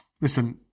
listen